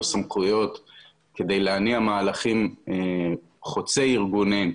סמכויות כדי להניע מהלכים חוצי ארגונים,